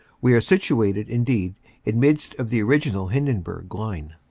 we are situate indeed in midst of the original hindenburg line.